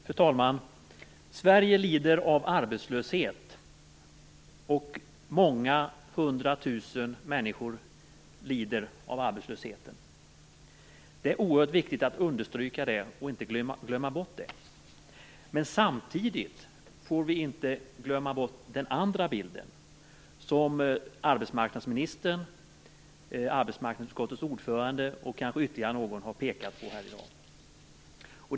Fru talman! Sverige lider av arbetslöshet. Många hundratusen människor lider av arbetslösheten. Det är oerhört viktigt att understryka det och inte glömma bort det. Men samtidigt får vi inte glömma bort den andra bilden, som arbetsmarknadsministern, arbetsmarknadsutskottets ordförande och kanske ytterligare någon har pekat på här i dag.